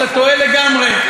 אתה טועה לגמרי.